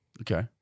Okay